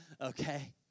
okay